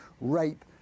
rape